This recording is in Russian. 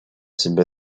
себя